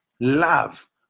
love